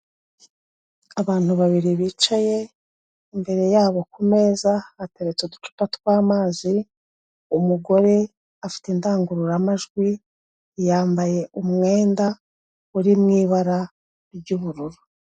Abantu babiri bicaye, imbere yabo ku meza hateretse uducupa tw'amazi umugore afite indangururamajwi yambaye umwenda uri mu ibara ry'ubururu.